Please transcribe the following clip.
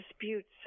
disputes